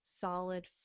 solid